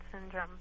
syndrome